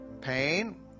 pain